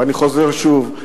ואני חוזר שוב,